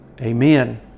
Amen